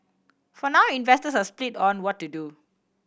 for now investors are split on what to do